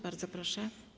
Bardzo proszę.